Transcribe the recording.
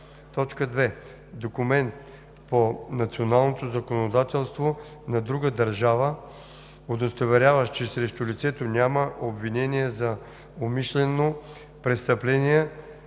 така: „2. документ по националното законодателство на друга държава, удостоверяващ, че срещу лицето няма обвинение за умишлено престъпление